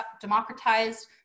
democratized